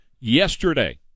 yesterday